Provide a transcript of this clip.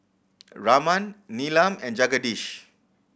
Raman Neelam and Jagadish